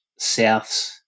Souths